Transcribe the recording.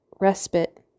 respite